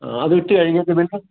അത് ഇട്ടു കഴിഞ്ഞതിനു ശേഷം